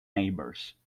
neighbors